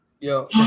yo